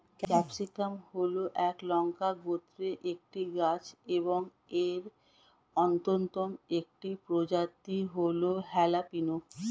capsicum হল লঙ্কা গোত্রের একটি গাছ এবং এর অন্যতম একটি প্রজাতি হল হ্যালাপিনো